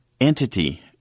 entity